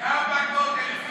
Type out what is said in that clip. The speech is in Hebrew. גם בכותל.